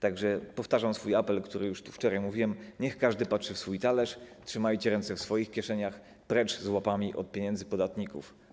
Tak że powtarzam swój apel, który już tu wczoraj mówiłem: niech każdy patrzy w swój talerz, trzymajcie ręce w swoich kieszeniach, precz z łapami od pieniędzy podatników.